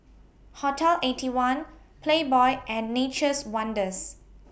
Hotel Eighty One Playboy and Nature's Wonders